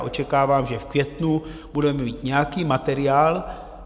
Očekávám, že v květnu budeme mít nějaký materiál.